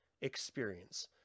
experience